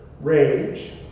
rage